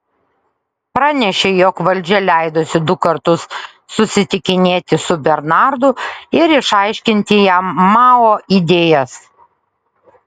pranešė jog valdžia leidusi du kartus susitikinėti su bernardu ir išaiškinti jam mao idėjas